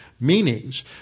meanings